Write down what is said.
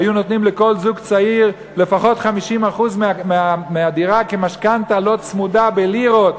היו נותנים לכל זוג צעיר לפחות 50% מהדירה כמשכנתה לא צמודה בלירות,